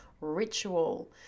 ritual